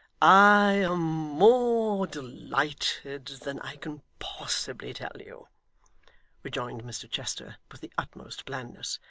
i am more delighted than i can possibly tell you rejoined mr chester with the utmost blandness,